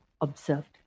observed